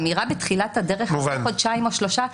אמירה בתחילת הדרך על חודשיים או שלושה חודשים,